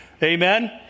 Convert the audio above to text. Amen